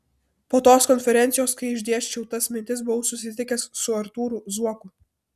po tos konferencijos kai išdėsčiau tas mintis buvau susitikęs su artūru zuoku